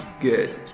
good